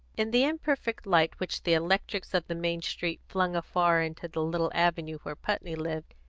in the imperfect light which the electrics of the main street flung afar into the little avenue where putney lived,